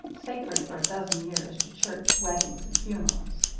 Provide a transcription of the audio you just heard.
sacred for a dozen years to church, weddings, and funerals.